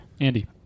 Andy